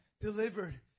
delivered